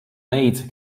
neid